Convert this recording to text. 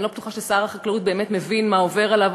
אני לא בטוחה ששר החקלאות באמת מבין מה עובר אליו,